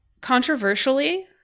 Controversially